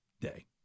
day